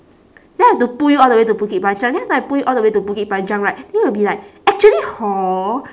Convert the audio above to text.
then I have to pull you all the way to bukit panjang then if I pull you all the way to bukit panjang right then you'll be like actually hor